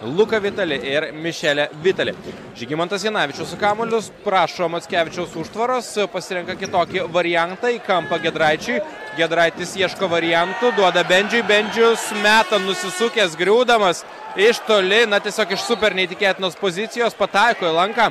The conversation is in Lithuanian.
luka vitali ir mišele vitali žygimantas janavičius kamuolius prašo mackevičiaus užtvaros pasirenka kitokį variantą į kampą giedraičiui giedraitis ieško varianto duoda bendžiui bendžius meta nusisukęs griūdamas iš toli na tiesiog iš super neįtikėtinos pozicijos pataiko į lanką